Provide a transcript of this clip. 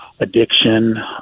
addiction